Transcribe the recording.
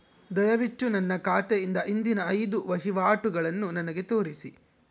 ದಯವಿಟ್ಟು ನನ್ನ ಖಾತೆಯಿಂದ ಹಿಂದಿನ ಐದು ವಹಿವಾಟುಗಳನ್ನು ನನಗೆ ತೋರಿಸಿ